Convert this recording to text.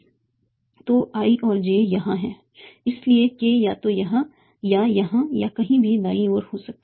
तो i और j यहां हैं इसलिए k या तो यहां या यहां या कहीं भी दाईं ओर हो सकता है